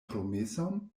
promeson